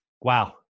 wow